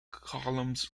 columns